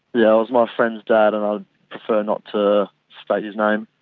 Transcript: yeah, it was my friend's dad and i'd prefer not to state his name.